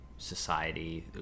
Society